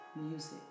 music